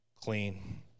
clean